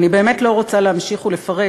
אני באמת לא רוצה להמשיך ולפרט,